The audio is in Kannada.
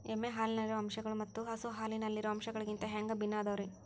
ಎಮ್ಮೆ ಹಾಲಿನಲ್ಲಿರೋ ಅಂಶಗಳು ಮತ್ತ ಹಸು ಹಾಲಿನಲ್ಲಿರೋ ಅಂಶಗಳಿಗಿಂತ ಹ್ಯಾಂಗ ಭಿನ್ನ ಅದಾವ್ರಿ?